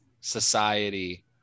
society